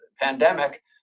pandemic